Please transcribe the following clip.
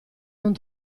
non